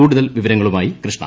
കൂടുതൽ വിവരങ്ങളുമയി കൃഷ്ണ